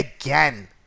Again